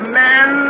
men